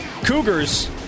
Cougars